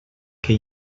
què